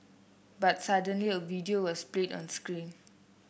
but suddenly a video was played on screen